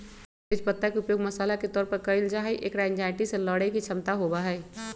तेज पत्ता के उपयोग मसाला के तौर पर कइल जाहई, एकरा एंजायटी से लडड़े के क्षमता होबा हई